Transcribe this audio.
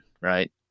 Right